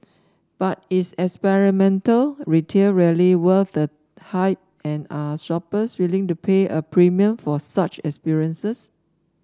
but is experiential retail really worth the hype and are shoppers willing to pay a premium for such experiences